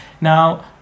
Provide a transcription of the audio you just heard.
now